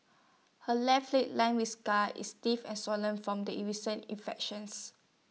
her left leg lined with scars is stiff and swollen from the recent infections